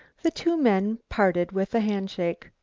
the two men parted with a hand shake.